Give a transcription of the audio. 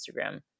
Instagram